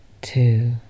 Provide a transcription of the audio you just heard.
two